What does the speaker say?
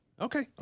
Okay